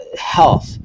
health